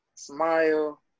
smile